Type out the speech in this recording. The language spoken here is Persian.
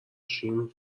شیم